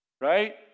Right